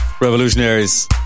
Revolutionaries